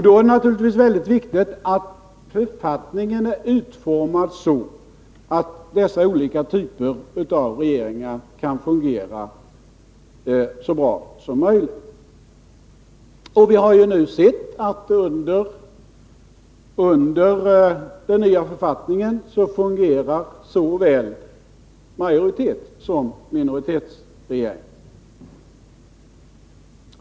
Då är det naturligtvis väldigt viktigt att författningen är utformad så, att dessa olika typer av regeringar kan fungera så bra som möjligt. Vi har nu sett att under den nya författningen fungerar såväl majoritetssom minoritetsregeringar.